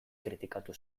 kritikatu